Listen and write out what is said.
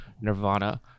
Nirvana